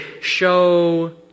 show